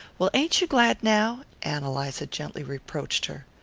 well, ain't you glad now? ann eliza gently reproached her.